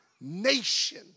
nation